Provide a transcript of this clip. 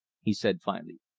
he said finally.